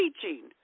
teaching